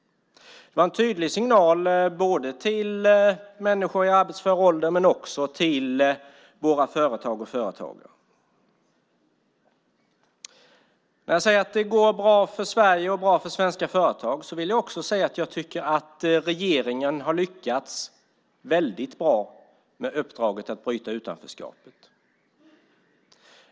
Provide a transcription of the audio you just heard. Det var en tydlig signal, både till människor i arbetsför ålder och till våra företag och företagare. När jag säger att det går bra för Sverige och för svenska företag vill jag också säga att jag tycker att regeringen har lyckats väldigt bra med uppdraget att bryta utanförskapet.